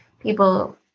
people